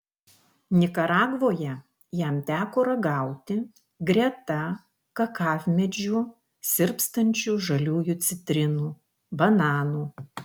nikaragvoje jam teko ragauti greta kakavmedžių sirpstančių žaliųjų citrinų bananų